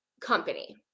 company